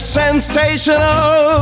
sensational